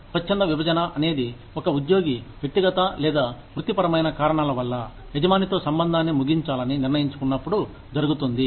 స్వచ్ఛంద విభజన అనేది ఒక ఉద్యోగి వ్యక్తిగత లేదా వృత్తి పరమైన కారణాల వల్ల యజమానితో సంబంధాన్ని ముగించాలని నిర్ణయించుకున్నప్పుడు జరుగుతుంది